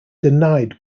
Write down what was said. denied